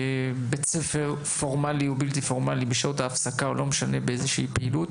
כבית ספר פורמלי ובלתי פורמלי בשעות ההפסקה או באיזושהי פעילות,